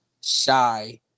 shy